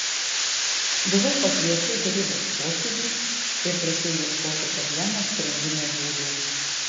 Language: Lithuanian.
buvau pakviesta į tarybos posėdį ir prašiau ieškoti problemos sprendimo būdų